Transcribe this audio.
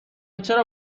چرا